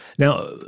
Now